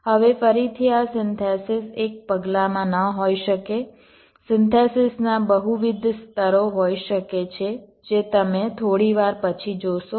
હવે ફરીથી આ સિન્થેસિસ એક પગલાંમાં ન હોઈ શકે સિન્થેસિસના બહુવિધ સ્તરો હોઈ શકે છે જે તમે થોડી વાર પછી જોશો